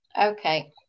Okay